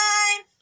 Time